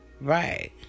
right